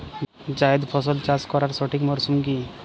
জায়েদ ফসল চাষ করার সঠিক মরশুম কি?